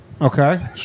Okay